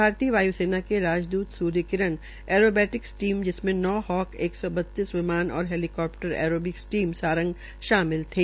भारतीय वाय् सेना के राजदूत सूर्य किरण ऐरोबैटिक्स टीम जिसमें नौ होक एक सौ बतीस विमान और हैलीकप्टर एरोविक्स टीम सारंग शामिल थे